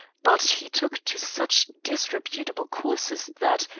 but he took to such disreputable courses that,